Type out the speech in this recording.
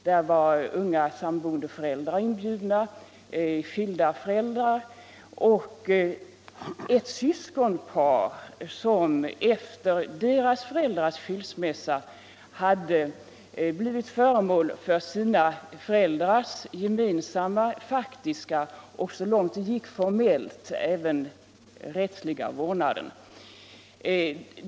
Där var unga sammanboende föräldrar, skilda föräldrar och ett syskonpar, som efter föräldrarnas skilsmässa hade blivit föremål för sina föräldrars gemensamma faktiska och, så långt det gick formellt, även rättsliga vårdnad.